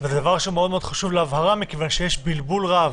זה דבר מאוד מאוד להבהרה מכיוון שיש בלבול רב